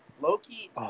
Loki